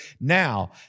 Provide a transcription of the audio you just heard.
Now